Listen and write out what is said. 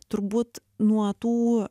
turbūt nuo tų